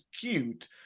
cute